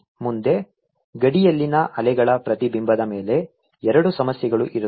ಮುಂದೆ ಗಡಿಯಲ್ಲಿನ ಅಲೆಗಳ ಪ್ರತಿಬಿಂಬದ ಮೇಲೆ ಎರಡು ಸಮಸ್ಯೆಗಳು ಇರುತ್ತವೆ